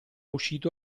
uscito